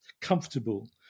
comfortable